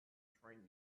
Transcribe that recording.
train